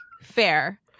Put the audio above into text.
fair